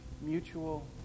mutual